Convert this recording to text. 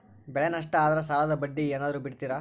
ಬೆಳೆ ನಷ್ಟ ಆದ್ರ ಸಾಲದ ಬಡ್ಡಿ ಏನಾದ್ರು ಬಿಡ್ತಿರಾ?